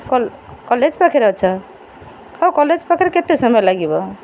college ପାଖରେ ଅଛ ହଉ କଲେଜ୍ ପାଖରୁ କେତେ ସମୟ ଲାଗିବ